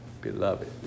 beloved